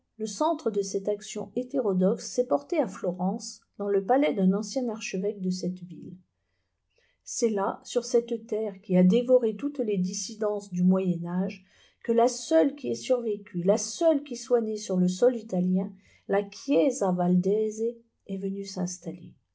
le centre de cette action hétérodoxe s'est porté à florence dans le palais d'un ancien archevêque de cette ville c'est là sur cette terre qui a dévoré toutes les dissidences du moyen âge que la seule qui ait survécu la seule qui soit née sur le sol italien la chiesa val de se est venue s'installer